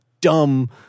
dumb